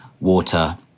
water